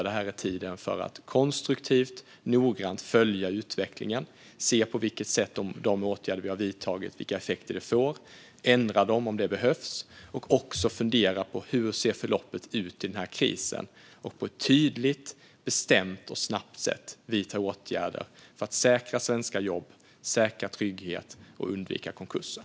Det här är tiden för att konstruktivt och noggrant följa utvecklingen och se vilka effekter de åtgärder vi vidtagit får - och ändra dem om det behövs - och för att fundera på hur förloppet ser ut i denna kris och på ett tydligt, bestämt och snabbt sätt vidta åtgärder för att säkra svenska jobb, säkra trygghet och undvika konkurser.